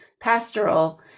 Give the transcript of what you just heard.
pastoral